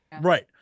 Right